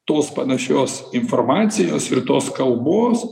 tos panašios informacijos ir tos kalbos